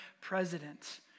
president